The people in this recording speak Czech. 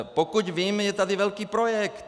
Pokud vím, je tady velký projekt.